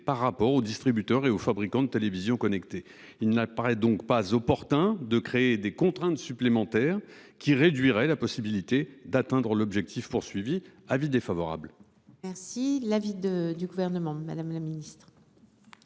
par rapport aux distributeurs et aux fabricants de télévisions connectés. Il n'apparaît donc pas opportun de créer des contraintes supplémentaires qui réduiraient la possibilité d'atteindre cet objectif. La commission a émis un avis défavorable. Quel est l'avis du Gouvernement ? Avis